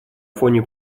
фоне